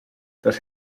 tras